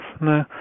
No